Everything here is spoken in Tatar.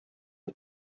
дип